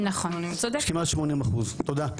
כמעט 80% תודה.